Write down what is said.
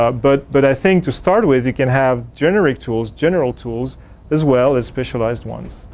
ah but but i think to start with you can have generate tools general tools as well as specialized ones.